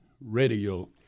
radio